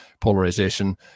polarization